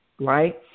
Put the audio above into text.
right